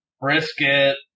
brisket